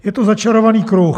Je to začarovaný kruh.